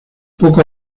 poco